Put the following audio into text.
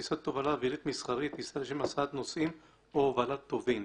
"טיסת תובלה אווירית מסחרית" היא טיסה לשם הסעת נוסעים או הובלת טובין.